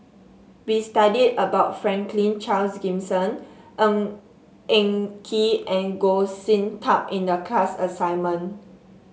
we studied about Franklin Charles Gimson Ng Eng Kee and Goh Sin Tub in the class assignment